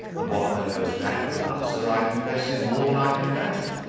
and what purpose that could answer i confess is more than i can imagine.